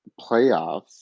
playoffs